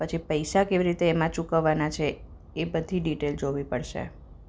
પછી પૈસા કેવી રીતે એમાં ચુકવવાના છે એ બધી ડિટેલ જોવી પડશે